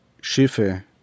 Schiffe